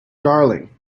darling